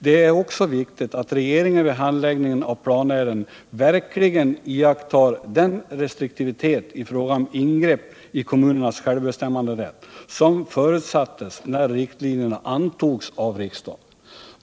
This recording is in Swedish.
Det är också viktigt att regeringen vid handläggningen av planärenden verkligen iakttar den restriktivitet i fråga om ingrepp i kommunernas självbestämmanderätt, som förutsattes när riktlinjerna antogs av riksdagen.